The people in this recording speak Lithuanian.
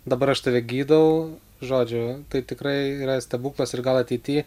dabar aš tave gydau žodžiu tai tikrai yra stebuklas ir gal ateity